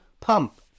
pump